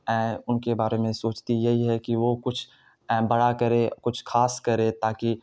ان کے بارے میں سوچتی یہی ہے کہ وہ کچھ بڑا کرے کچھ خاص کرے تاکہ